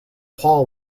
paul